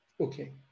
Okay